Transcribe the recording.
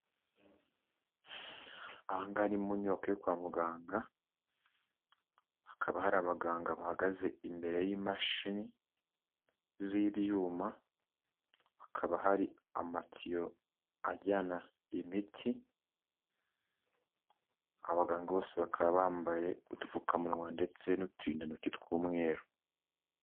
Aha ngaha ni mu nyubako yo kwa muganga hakaba hari abaganga bahagaze imbere y'imashini z'ibyuma, hakaba hari amatiyo ajyana imiti abaganga bose, bakaba bambaye udupfukamunwa ndetse n'uturindantoki tw'umweru.